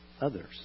others